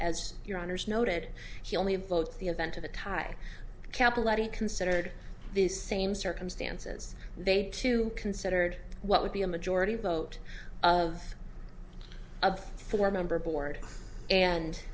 as your honour's noted he only votes the event of a tie capillary considered the same circumstances they too considered what would be a majority vote of of four member board and